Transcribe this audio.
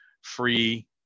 free